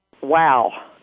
Wow